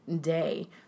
day